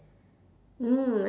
mm